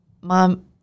Mom